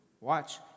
watch